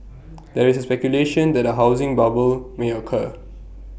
there is speculation that A housing bubble may occur